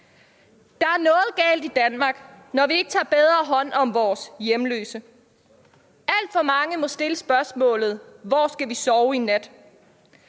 Der er noget galt i Danmark, når vi ikke tager bedre hånd om vores hjemløse. Alt for mange må stille spørgsmålet: Hvor skal vi sove i nat?